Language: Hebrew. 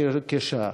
כשעה,